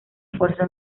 esfuerzo